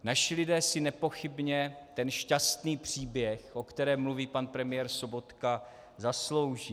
Naši lidé si nepochybně ten šťastný příběh, o kterém mluví pan premiér Sobotka, zaslouží.